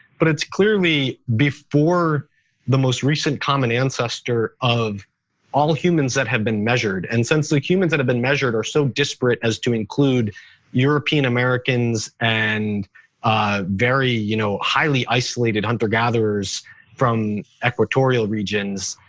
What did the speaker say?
but it's clearly before the most recent common ancestor of all humans that have been measured. and since the humans that have been measured are so disparate as to include european americans and ah very you know highly isolated hunter gatherers from equatorial regions.